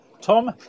Tom